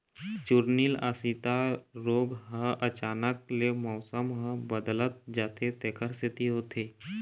चूर्निल आसिता रोग ह अचानक ले मउसम ह बदलत जाथे तेखर सेती होथे